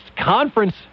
conference